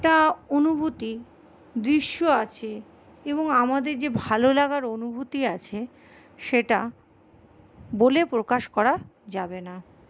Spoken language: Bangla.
একটা অনুভূতি দৃশ্য আছে এবং আমাদের যে ভালোলাগার অনুভতি আছে সেটা বলে প্রকাশ করা যাবে না